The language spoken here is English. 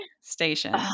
station